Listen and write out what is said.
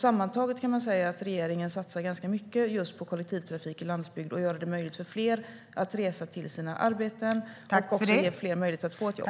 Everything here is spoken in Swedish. Sammantaget kan man säga att regeringen satsar ganska mycket just på landsbygdens kollektivtrafik och på att göra det möjligt för fler att resa till sina arbeten eller få ett jobb.